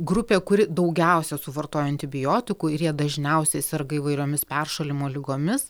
grupė kuri daugiausia suvartoja antibiotikų ir jie dažniausiai serga įvairiomis peršalimo ligomis